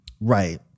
Right